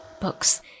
books